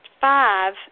five